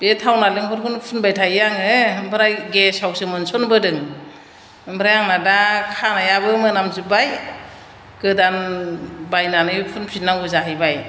बे थाव नालेंखरखौनो फुनबाय थायो आङो ओमफ्राय गेसावसो मोनसनबोदों ओमफ्राय आंना दा खानाइयाबो मोनामजुब्बाय गोदान बायनानै फुनफिननांगौ जाहैबाय